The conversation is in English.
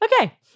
Okay